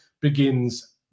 begins